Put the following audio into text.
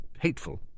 hateful